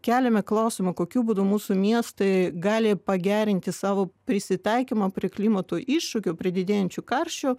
keliame klausimą kokiu būdu mūsų miestai gali pagerinti savo prisitaikymą prie klimato iššūkių prie didėjančio karščio